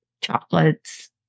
chocolates